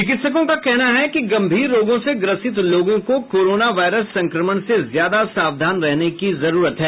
चिकित्सकों का कहना है कि गंभीर रोगों से ग्रसित लोगों को कोरोना वायरस संक्रमण से ज्यादा सावधान रहने की जरूरत है